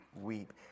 weep